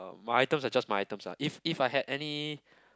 uh my items are just my items lah if if I had any